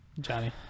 Johnny